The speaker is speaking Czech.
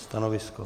Stanovisko?